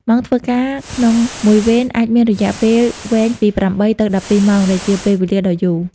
ម៉ោងធ្វើការក្នុងមួយវេនអាចមានរយៈពេលវែង ពី ៨ ទៅ ១២ ម៉ោង ដែលជាពេលវេលាដ៏យូរ។